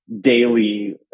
daily